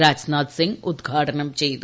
രാജ്നാഥ് സിംഗ് ഉദ്ഘാടനം ചെയ്തു